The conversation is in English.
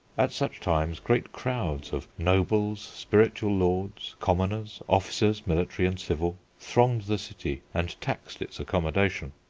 at such times great crowds of nobles, spiritual lords, commoners, officers, military and civil, thronged the city and taxed its accommodation.